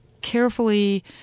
carefully